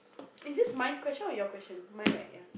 is it my question or your question mine right ya